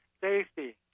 safety